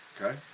Okay